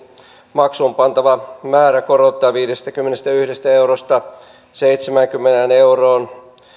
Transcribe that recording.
maksuun pantava määrä korotetaan viidestäkymmenestäyhdestä eurosta seitsemäänkymmeneen euroon